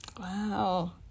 Wow